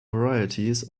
varieties